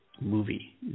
movie